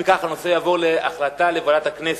אם כך, הנושא יעבור להחלטה לוועדת הכנסת.